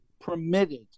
permitted